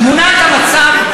תמונת המצב,